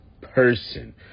person